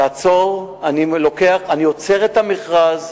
תעצור, אני עוצר את המכרז,